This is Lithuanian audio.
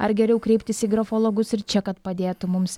ar geriau kreiptis į grafologus ir čia kad padėtų mums